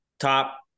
Top